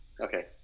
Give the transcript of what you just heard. Okay